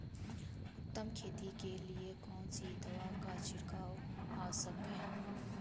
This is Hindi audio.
उत्तम खेती के लिए कौन सी दवा का छिड़काव आवश्यक है?